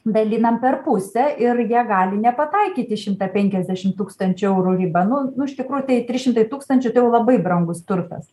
dalinam per pusę ir jie gali nepataikyt į šimtą penkiasdešim tūkstančių eurų ribą nu nu iš tikrųjų tai trys šimtai tūkstančių tai jau labai brangus turtas